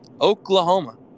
Oklahoma